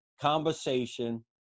conversation